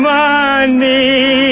money